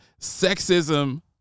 sexism